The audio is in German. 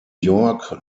york